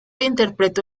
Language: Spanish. interpretó